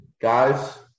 Guys